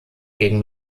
gegen